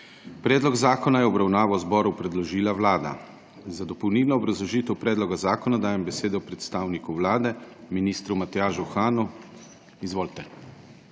Predlog zakona je v obravnavo zboru predložila Vlada. Za dopolnilno obrazložitev predloga zakona dajem besedo predstavniku Vlade, ministru Matjažu Han. Izvolite.